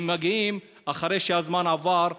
הם מגיעים אחרי שהזמן עבר,